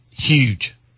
huge